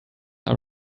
are